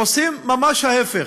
עושים ממש ההפך,